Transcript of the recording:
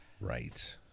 Right